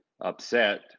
upset